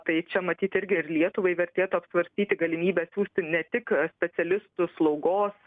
tai čia matyt irgi ir lietuvai vertėtų apsvarstyti galimybę siųsti ne tik specialistų slaugos